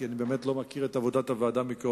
כי אני באמת לא מכיר את עבודת הוועדה מקרוב